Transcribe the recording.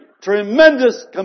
tremendous